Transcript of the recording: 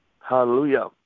hallelujah